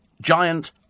giant